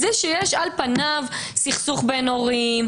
זה שיש על פניו סכסוך בין הורים,